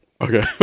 Okay